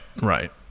Right